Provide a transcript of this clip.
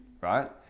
right